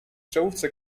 czołówce